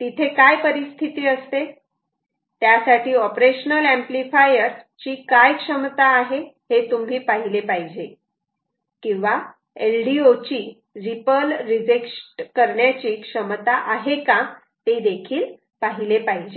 तिथे काय परिस्थिती असते त्यासाठी ऑपरेशनल अंपलिफायर ची काय क्षमता आहे हे तुम्ही पाहिले पाहिजे किंवा LDO ची रिपल रिजेक्ट करण्याची क्षमता आहे का ते पाहिले पाहिजे